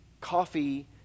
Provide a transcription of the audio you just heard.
coffee